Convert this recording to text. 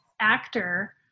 actor